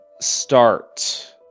start